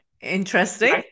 Interesting